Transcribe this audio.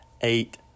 Eight